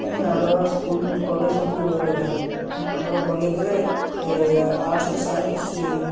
ହିଁ ଆମର school college ସବୁ ରହିଥାଏ ଆମର କଲେଜରେ ଆର୍ଟସ ସାଇନ୍ସ